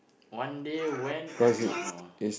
one day when I do not know